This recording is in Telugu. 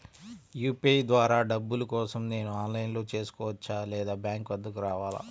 యూ.పీ.ఐ ద్వారా డబ్బులు కోసం నేను ఆన్లైన్లో చేసుకోవచ్చా? లేదా బ్యాంక్ వద్దకు రావాలా?